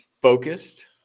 Focused